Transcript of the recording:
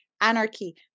anarchy